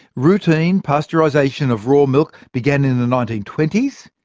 routine pasteurisation of raw milk began in the nineteen twenty s,